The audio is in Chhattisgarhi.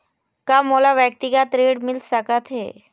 का मोला व्यक्तिगत ऋण मिल सकत हे?